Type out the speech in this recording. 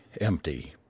empty